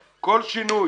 כן.